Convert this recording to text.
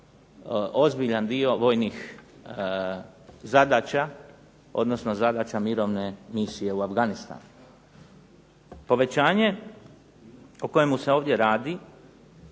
ozbiljan dio vojnih zadaća, odnosno zadaća mirovne misije u Afganistanu. Povećanje o kojemu se ovdje radi